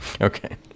Okay